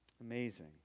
Amazing